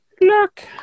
look